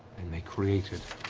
and they created